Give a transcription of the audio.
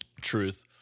Truth